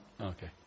Okay